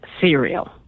cereal